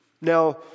Now